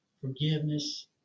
forgiveness